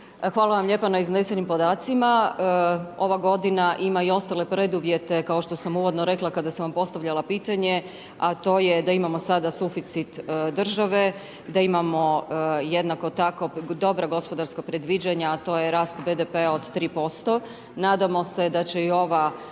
Hvala vam lijepa na iznesenim podacima, ova godina ima i ostale preduvjete, kao što sam uvodno rekla kada sam vam postavljala pitanje, a to je da imamo sada suficit države, da imamo jednako tako dobra gospodarska predviđanja, a to je rast BDP-a od 3%.